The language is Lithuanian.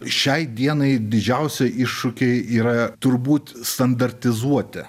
šiai dienai didžiausi iššūkiai yra turbūt standartizuoti